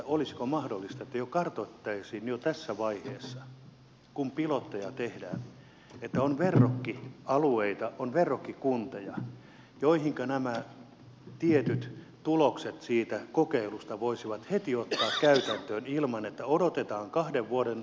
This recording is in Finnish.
olisiko mahdollista että kartoitettaisiin jo tässä vaiheessa kun pilotteja tehdään että on verrokkialueita on verrokkikuntia joihin nämä tietyt tulokset siitä kokeilusta voitaisiin heti ottaa käytäntöön ilman että odotetaan kahden vuoden loppuraporttia